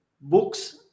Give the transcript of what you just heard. books